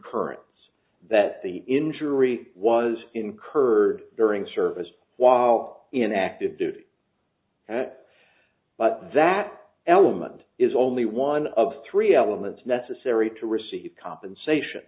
currents that the injury was incurred during the service while in active duty but that element is only one of three elements necessary to receive compensation